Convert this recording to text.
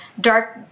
dark